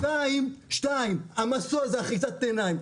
דבר שני, המסוע זה אחיזת עיניים.